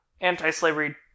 anti-slavery